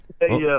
hey